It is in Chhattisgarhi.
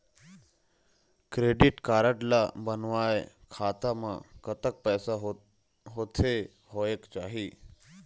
क्रेडिट कारड ला बनवाए खाता मा कतक पैसा होथे होएक चाही?